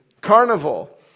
carnival